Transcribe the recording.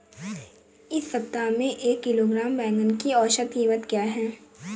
इस सप्ताह में एक किलोग्राम बैंगन की औसत क़ीमत क्या है?